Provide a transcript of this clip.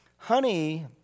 Honey